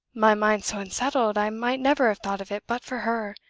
my mind's so unsettled, i might never have thought of it but for her.